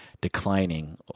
declining